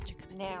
Now